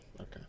Okay